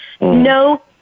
no